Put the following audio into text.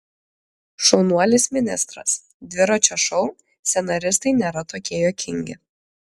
šaunuolis ministras dviračio šou scenaristai nėra tokie juokingi